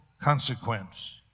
consequence